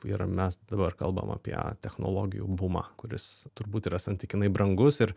yra mes dabar kalbam apie technologijų bumą kuris turbūt yra santykinai brangus ir